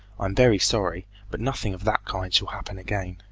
i'm very sorry, but nothing of that kind shall happen again